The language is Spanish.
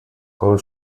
con